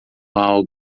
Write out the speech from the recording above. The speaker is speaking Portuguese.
algo